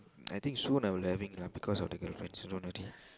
I think soon I will having lah because of the girlfriend soon already